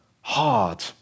hard